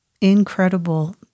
incredible